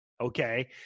okay